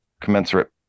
commensurate